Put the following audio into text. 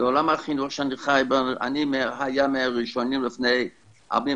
אני הייתי מהראשונים לפני 49',